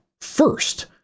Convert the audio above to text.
First